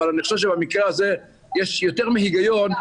אבל אני חושב שבמקרה הזה יש יותר מהיגיון,